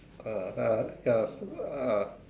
uh ya yes uh